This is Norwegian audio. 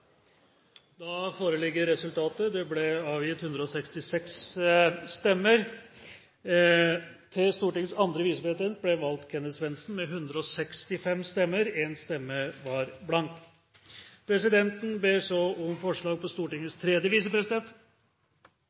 Det ble avgitt 166 stemmer. Til Stortingets annen visepresident ble valgt Kenneth Svendsen med 165 stemmer. 1 stemmeseddel var blank. Presidenten ber så om forslag på Stortingets tredje visepresident.